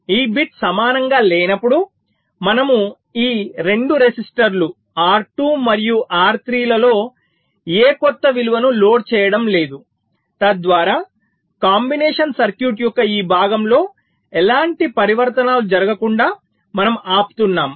ఈ బిట్ సమానంగా లేనప్పుడు మనము ఈ 2 రెసిస్టర్లు R2 మరియు R3 లలో ఏ కొత్త విలువను లోడ్ చేయటం లేదు తద్వారా కాంబినేషన్ సర్క్యూట్ యొక్క ఈ భాగంలో ఎలాంటి పరివర్తనాలు జరగకుండా మనము ఆపుతున్నాము